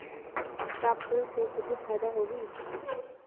का फूल से कुछु फ़ायदा होही?